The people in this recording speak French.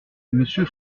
monsieur